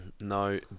No